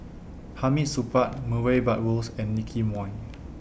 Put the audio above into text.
Hamid Supaat Murray Buttrose and Nicky Moey